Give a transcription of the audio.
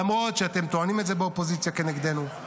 למרות שאתם טוענים את זה באופוזיציה כנגדנו,